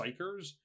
psychers